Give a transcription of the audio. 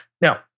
now